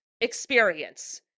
experience